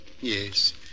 Yes